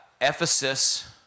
Ephesus